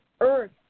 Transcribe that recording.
earth